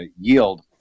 yield